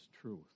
truth